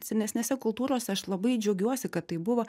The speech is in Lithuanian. senesnėse kultūrose aš labai džiaugiuosi kad tai buvo